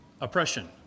oppression